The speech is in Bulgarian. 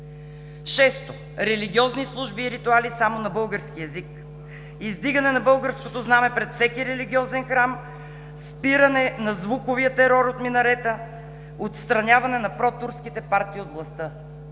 Шесто – религиозни служби и ритуали само на български език, издигане на българското знаме пред всеки религиозен храм, спиране на звуковия терор от минарета, отстраняване на протурските партии от властта.